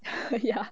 ya